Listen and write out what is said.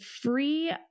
free